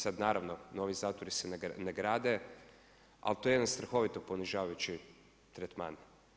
Sad naravno novi zatvori se ne grade, ali to je jedan strahovito ponižavajući tretman.